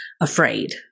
afraid